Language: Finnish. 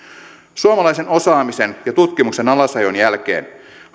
suomalaisen osaamisen ja tutkimuksen alasajon jälkeen